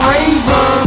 Razor